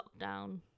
lockdown